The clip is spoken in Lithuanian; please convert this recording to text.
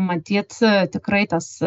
matyt tikrai tas